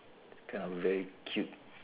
it's kind of very cute